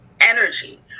energy